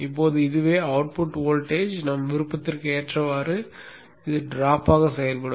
இப்போது இதுவே output voltage நம் விருப்பத்திற்கு ஏற்றவாறு டிராப் ஆக செயல்படும்